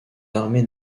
armées